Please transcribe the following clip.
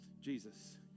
Jesus